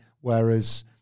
Whereas